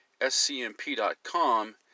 scmp.com